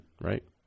right